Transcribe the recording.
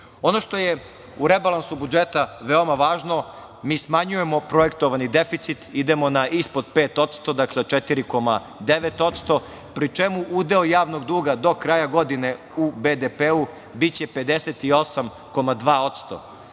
što je u rebalansu budžeta veoma važno, mi smanjujemo projektovani deficit idemo na ispod 5%, dakle 4,9% pri čemu udeo javnog duga, do kraja godine, u BDP-u, biće 58,2%.